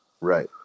Right